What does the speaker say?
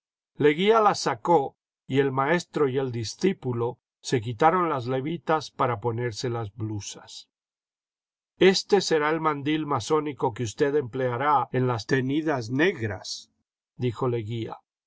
leguía las sacó y el maestro y el discípulo se quitaron las levitas para ponerse las blusas este será el mandil masónico que usted empleará en las tenidas negra's dijo leguía